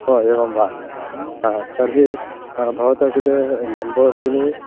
हो एवं वा तर्हि भवतः कृते लेम्बोर्गनी